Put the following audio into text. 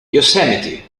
yosemite